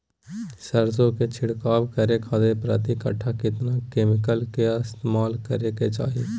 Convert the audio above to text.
सरसों के छिड़काव करे खातिर प्रति कट्ठा कितना केमिकल का इस्तेमाल करे के चाही?